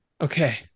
Okay